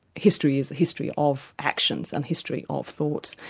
history is a history of actions, and history of thoughts.